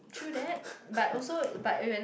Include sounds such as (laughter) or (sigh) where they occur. (laughs)